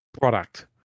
product